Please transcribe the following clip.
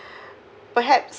perhaps